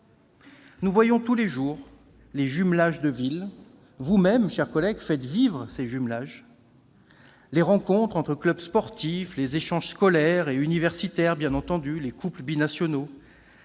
Nous voyons tous les jours les jumelages de villes- vous-mêmes, chers collègues, faites vivre ces jumelages -, les rencontres entre clubs sportifs, les échanges scolaires et universitaires, les couples binationaux.